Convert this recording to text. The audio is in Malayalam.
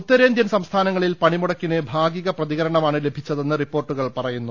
ഉത്തരേന്ത്യൻ സംസ്ഥാനങ്ങളിൽ പണിമുടക്കിന് ഭാഗിക പ്രതികരണ മാണ് ലഭിച്ചതെന്ന് റിപ്പോർട്ടുകൾ പറയുന്നു